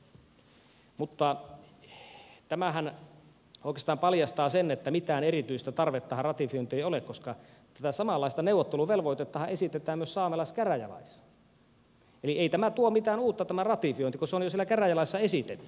mutta tämähän oikeastaan paljastaa sen että mitään erityistä tarvetta ratifiointiin ei ole koska tätä samanlaista neuvotteluvelvoitettahan esitetään myös saamelaiskäräjälaissa eli ei tämä ratifiointi tuo mitään uutta kun se on jo siellä käräjälaissa esitetty